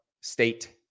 State